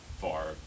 far